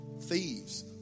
Thieves